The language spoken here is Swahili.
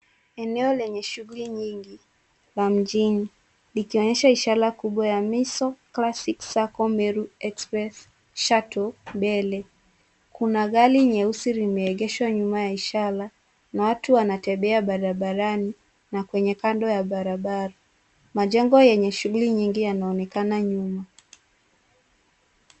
Eneo hili lina shughuli nyingi. Pembeni kuna ishara kubwa ya Meesoff Classic Circle Meru Express Shuttle mbele. Nyuma yake kuna maegesho ya magari, huku watu wakitembea barabarani na kandokando yake. Pia, majengo yenye shughuli nyingi yanaonekana nyuma.